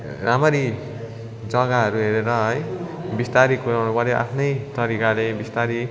राम्ररी जग्गाहरू हेरेर है बिस्तारी कुदाउनु पऱ्यो आफ्नै तरिकाले बिस्तारी